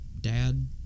dad